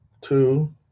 two